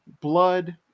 blood